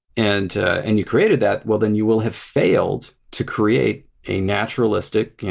and and you created that, well, then you will have failed to create a naturalistic,